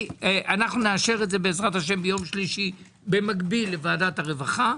נאשר את זה בעז"ה ביום שלישי במקביל לוועדת הרווחה.